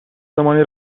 زمانی